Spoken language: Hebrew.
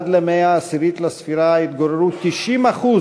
עד למאה העשירית לספירה התגוררו 90%